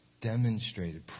demonstrated